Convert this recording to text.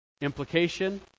Implication